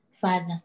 father